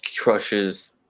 crushes